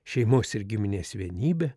šeimos ir giminės vienybė